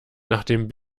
nachdem